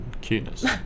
cuteness